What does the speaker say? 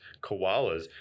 koalas